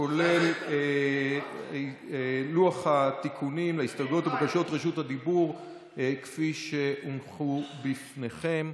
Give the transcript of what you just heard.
כולל לוח תיקונים להסתייגויות ולבקשות רשות הדיבור כפי שהונחו בפניכם.